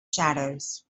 shadows